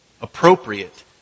appropriate